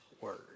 word